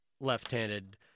left-handed